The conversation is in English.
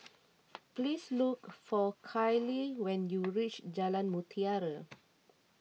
please look for Kyle when you reach Jalan Mutiara